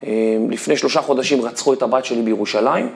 לפני שלושה חודשים רצחו את הבת שלי בירושלים.